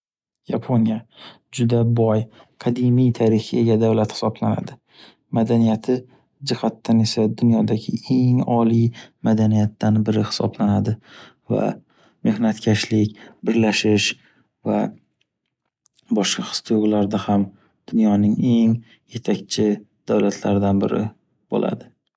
Yaponiya juda boy, qadimiy tarixga ega davlat hisoblanadi. Madaniyati jihatdan esa dunyodagi eng oliy madaniyatdan biri hisoblanadi. Va mehnatkashlik, birlashish va boshqa his-tuyg’ularda ham dunyoning eng yetakchi davlatlaridan biri bo’ladi.